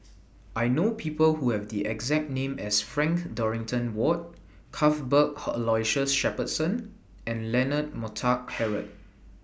I know People Who Have The exact name as Frank Dorrington Ward Cuthbert Aloysius Shepherdson and Leonard Montague Harrod